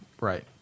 Right